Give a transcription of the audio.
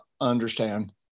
understand